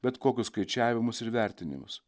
bet kokius skaičiavimus ir vertinimus